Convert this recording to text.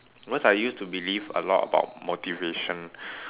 once I used to believe a lot about motivation